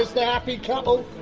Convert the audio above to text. the happy couple!